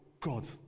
God